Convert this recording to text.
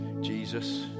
Jesus